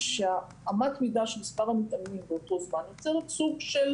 שאמת המידה של מספר המתאמנים באותו זמן יוצרת סוג של